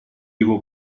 его